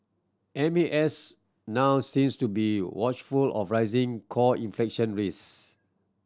M A S now seems to be watchful of rising core inflation risk